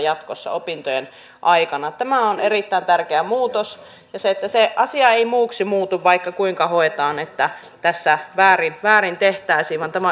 opintojen aikana tämä on erittäin tärkeä muutos ja se asia ei muuksi muutu vaikka kuinka hoetaan että tässä väärin väärin tehtäisiin vaan tämä